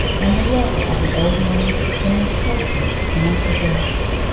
and the lover of the old names stands helpless and aghast.